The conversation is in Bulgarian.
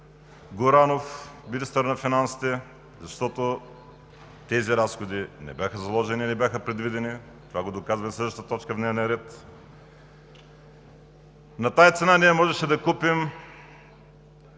Горанов – министър на финансите, защото тези разходи не бяха заложени и не бяха предвидени – това го доказва следващата точка в дневния ред. На тази цена можеше да купим